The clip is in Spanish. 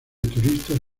turistas